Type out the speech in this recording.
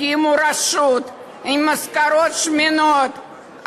הקימו רשות עם משכורות שמנות.